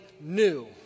new